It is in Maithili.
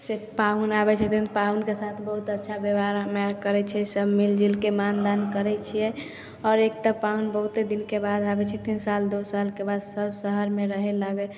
से पाहुन अबै छथिन पाहुनके साथ बहुत अच्छा बेवहार हमे आर करै छिए सभ मिलिजुलिके मान दान करै छिए आओर एक तऽ पाहुन बहुते दिनके बाद आबै छै तीन साल दुइ सालके बाद सभ शहरमे रहै लागै